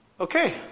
okay